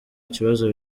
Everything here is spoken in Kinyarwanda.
kibazo